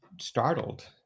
startled